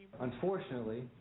Unfortunately